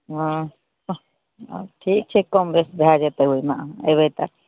हँ ठीक छै कम बेस भऽ जेतै ओइमे एबै तऽ